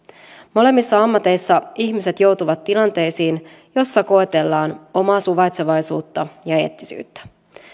molemmissa ammateissa ihmiset joutuvat tilanteisiin joissa koetellaan omaa suvaitsevaisuutta ja eettisyyttä